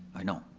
i know,